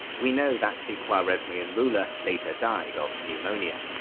we know that the khwarezmian ruler later died of pneumonia.